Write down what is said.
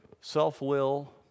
self-will